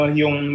yung